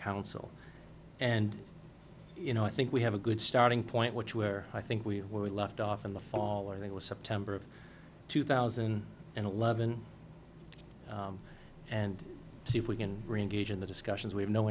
council and you know i think we have a good starting point which where i think we have where we left off in the fall where they were september of two thousand and eleven and see if we can reengage in the discussions we have no